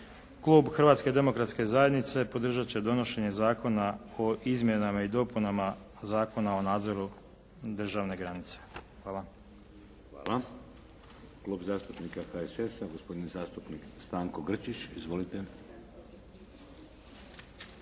klub Hrvatske demokratske zajednice podržati će donošenje Zakona o izmjenama i dopunama Zakona o nadzoru državne granice. Hvala. **Šeks, Vladimir (HDZ)** Hvala. Klub zastupnika HSS-a, gospodin zastupnik Stanko Grčić. Izvolite.